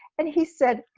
and he said,